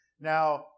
Now